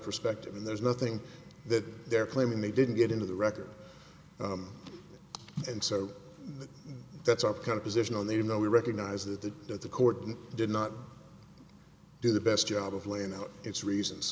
perspective and there's nothing that they're claiming they didn't get into the record and so that's our kind of position on the you know we recognize that the that the court did not do the best job of laying out its reasons